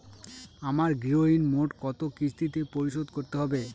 আমার গৃহঋণ মোট কত কিস্তিতে পরিশোধ করতে হবে?